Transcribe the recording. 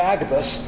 Agabus